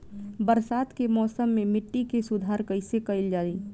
बरसात के मौसम में मिट्टी के सुधार कईसे कईल जाई?